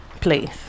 place